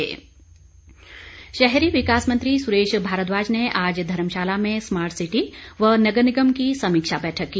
सुरेश भारद्वाज शहरी विकास मंत्री सुरेश भारद्वाज ने आज धर्मशाला में स्मार्ट सिटी व नगर निगम की समीक्षा बैठक की